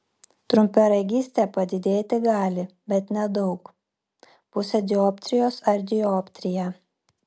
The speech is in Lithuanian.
trumparegystė padidėti gali bet nedaug pusę dioptrijos ar dioptriją